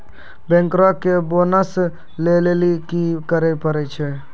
बैंकरो के बोनस लै लेली कि करै पड़ै छै?